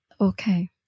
Okay